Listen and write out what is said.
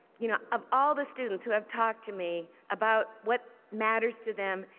you know of all the students who have talked to me about what matters to them,